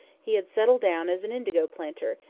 he had settled down as an indigo planter,